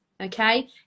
Okay